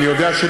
אני לא מאשים.